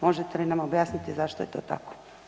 Možete li nam objasniti zašto je to tako?